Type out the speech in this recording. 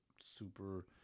super